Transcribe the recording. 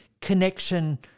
connection